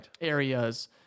areas